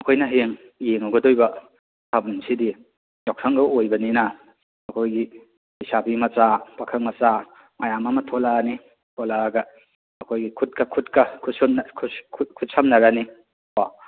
ꯑꯩꯈꯣꯏꯅ ꯍꯌꯦꯡ ꯌꯦꯡꯉꯨꯒꯗꯣꯏꯕ ꯊꯥꯕꯜꯁꯤꯗꯤ ꯌꯥꯎꯁꯪꯒ ꯑꯣꯏꯕꯅꯤꯅ ꯑꯩꯈꯣꯏꯒꯤ ꯂꯩꯁꯥꯕꯤ ꯃꯆꯥ ꯄꯥꯈꯪ ꯃꯆꯥ ꯃꯌꯥꯝ ꯑꯃ ꯊꯣꯛꯂꯛꯑꯅꯤ ꯊꯣꯛꯂꯛꯑꯒ ꯑꯩꯈꯣꯏꯒꯤ ꯈꯨꯠꯀ ꯈꯨꯠꯀ ꯈꯨꯠꯁꯝꯅ ꯈꯨꯠꯁꯝꯅꯔꯅꯤ ꯀꯣ